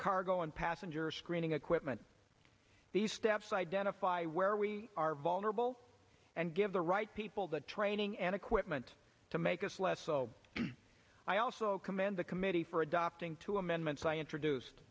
cargo and passenger screening equipment these steps identify where we are vulnerable and give the right people the training and equipment to make us less so i also commend the committee for adopting two amendments i introduced